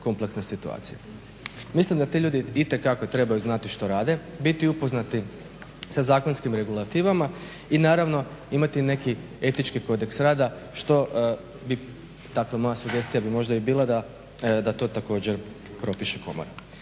kompleksne situacije. Mislim da ti ljudi itekako trebaju znati što rade, biti upoznati sa zakonskim regulativama i naravno imati neki etički kodeks rada što bi, dakle moja sugestija bi možda i bila da to također propiše Komora.